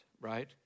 right